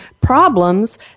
problems